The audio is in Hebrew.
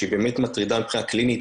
שהיא באמת מטרידה מבחינה קלינית,